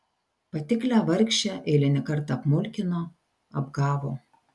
patiklią vargšę eilinį kartą apmulkino apgavo